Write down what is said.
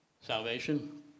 salvation